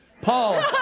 Paul